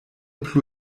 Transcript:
plu